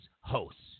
hosts